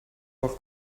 col